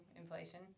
inflation